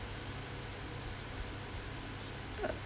uh